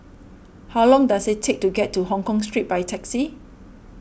how long does it take to get to Hongkong Street by taxi